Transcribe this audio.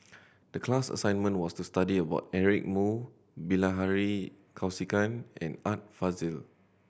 the class assignment was to study about Eric Moo Bilahari Kausikan and Art Fazil